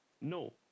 No